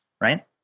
right